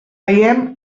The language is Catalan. veiem